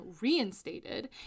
reinstated